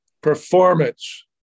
Performance